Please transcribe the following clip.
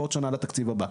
ועוד שנה לתקציב הבא.